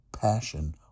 passion